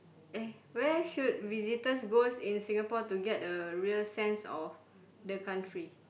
eh where should visitors goes in Singapore to get a real sense of the country